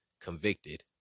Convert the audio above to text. convicted